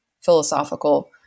philosophical